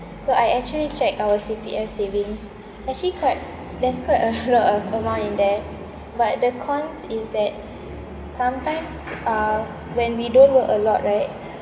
so I actually check our C_P_F savings actually quite there's quite a lot of amount in there but the cons is that sometimes uh when we don't work a lot right